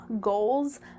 goals